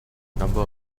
number